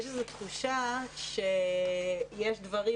יש איזו תחושה שיש דברים